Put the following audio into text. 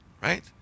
Right